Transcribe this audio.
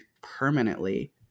permanently